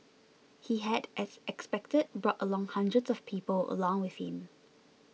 he had as expected brought along hundreds of people along with him